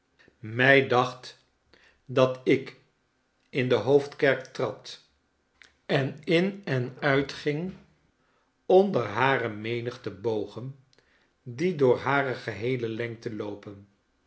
mij dacht dat ik in de hoofdkerk trad en in en uitging onder hare menigte bogen die door hare geheele lengte loopen